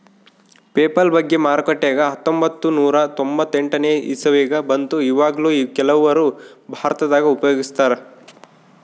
PayPal ಬಗ್ಗೆ ಮಾರುಕಟ್ಟೆಗ ಹತ್ತೊಂಭತ್ತು ನೂರ ತೊಂಬತ್ತೆಂಟನೇ ಇಸವಿಗ ಬಂತು ಈವಗ್ಲೂ ಕೆಲವರು ಭಾರತದಗ ಉಪಯೋಗಿಸ್ತರಾ